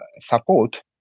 support